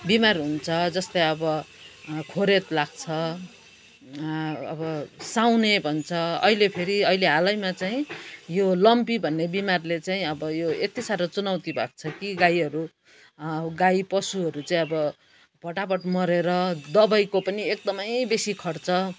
बिमार हुन्छ जस्तै अब खोरेद लाग्छ अब साउने भन्छ अहिले फेरि अहिले हालैमा चाहिँ यो लम्पी भन्ने बिमारले चाहिँ अब यो यति साह्रो चुनौती भएको छ कि गाईहरू गाई पशुहरू चाहिँ अब भटाभट मरेर दबाईको पनि एकदमै बेसी खर्च